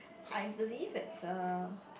I believe it's uh